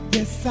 Yes